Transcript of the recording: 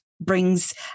brings